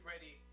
ready